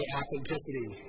authenticity